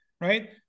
right